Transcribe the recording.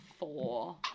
four